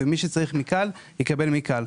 ומי שצריך מכאל יקבל מכאל.